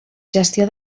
gestió